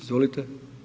Izvolite.